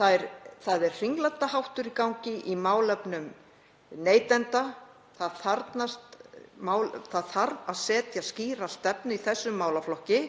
Það er hringlandaháttur í gangi í málefnum neytenda. Setja þarf skýra stefnu í þessum málaflokki